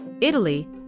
Italy